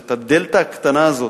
ואת הדלתא הקטנה הזאת,